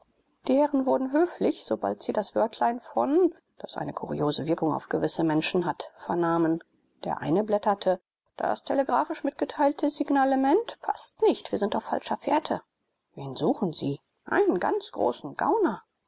die herren wurden höflich sobald sie das wörtlein von das eine kuriose wirkung auf gewisse menschen hat vernahmen der eine blätterte das telegraphisch mitgeteilte signalement paßt nicht wir sind auf falscher fährte wen suchen sie einen ganz großen gauner